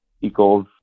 equals